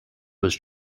was